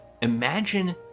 imagine